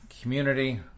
community